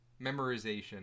memorization